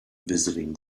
visiting